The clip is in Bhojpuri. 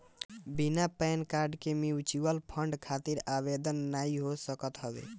बिना पैन कार्ड के म्यूच्यूअल फंड खातिर आवेदन नाइ हो सकत हवे